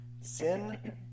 Sin